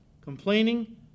complaining